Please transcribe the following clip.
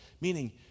Meaning